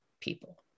people